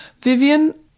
Vivian